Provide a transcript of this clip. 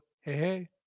hey